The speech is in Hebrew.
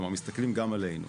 כלומר, מסתכלים גם עלינו.